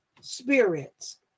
spirits